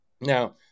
Now